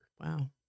Wow